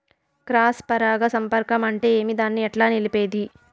Cross పరాగ సంపర్కం అంటే ఏమి? దాన్ని ఎట్లా నిలిపేది?